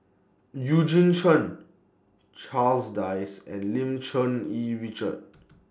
Eugene Chen Charles Dyce and Lim Cherng Yih Richard